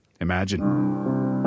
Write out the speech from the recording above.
Imagine